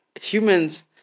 humans